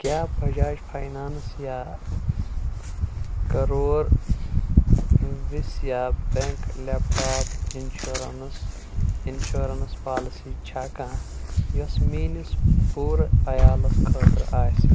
کیٛاہ باجاج فاینانٛس یا Karur Vysya bank laptop insurance insurance policy چھےٚ کانٛہہ یۄس میٲنِس پوٗرٕ عیالَس خٲطرٕ آسہِ